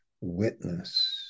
witness